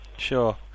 Sure